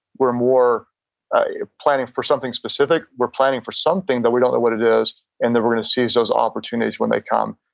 we're more ah planning for something specific. we're planning for something that we don't know what it is. and then we're going to seize those opportunities when they come.